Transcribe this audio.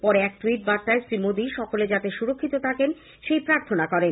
পরে এক ট্যুইট বার্তায় শ্রী মোদী সকলে যাতে সুরক্ষিত থাকেন সেই প্রার্থনা করেন